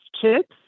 chips